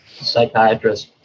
psychiatrist